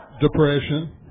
depression